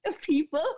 people